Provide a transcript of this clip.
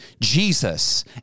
Jesus